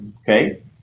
Okay